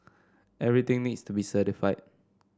everything needs to be certified